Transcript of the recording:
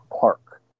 Park